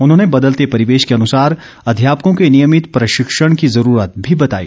उन्होंने बदलते परिवेश के अनुसार अध्यापकों के नियमित प्रशिक्षण की जरूरत भी बताई